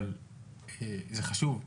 זה חשוב,